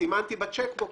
סימנתי בצ'ק בוקס,